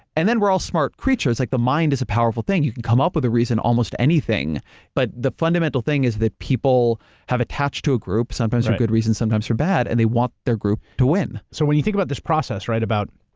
and then we're all smart creatures, like the mind is a powerful thing, you can come up with a reason to almost anything but the fundamental thing is that people have attached to a group. right. sometimes for good reasons, sometimes for bad and they want their group to win. so, when you think about this process, right? about,